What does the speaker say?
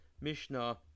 mishnah